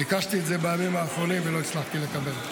ביקשתי את זה בימים האחרונים, ולא הצלחתי לקבל.